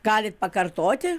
galit pakartoti